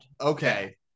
Okay